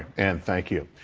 and thank you.